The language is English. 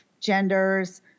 genders –